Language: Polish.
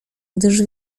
gdyż